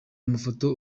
amafoto